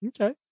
okay